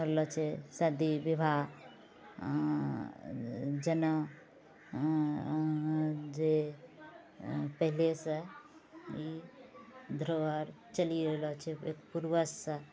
होलो छै शादी विवाह जनेऊ जे पहिलेसँ ई धरोहर चलि रहलो छै पूर्वजसँ